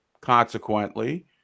consequently